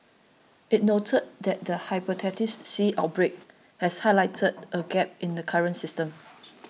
it noted that the Hepatitis C outbreak has highlighted a gap in the current system